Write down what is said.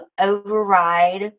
override